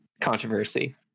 controversy